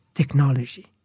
Technology